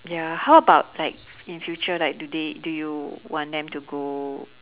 ya how about like in future like do they do you want them to go